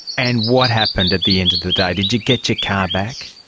and what happened at the end of the day? did you get your car back?